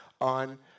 on